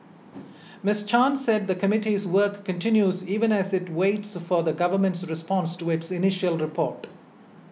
Miss Chan said the committee's work continues even as it waits for the Government's response to its initial report